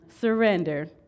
surrender